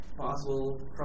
possible